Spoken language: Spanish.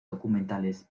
documentales